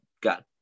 got